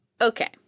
Okay